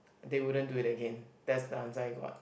they wouldn't do it again that's the answer I got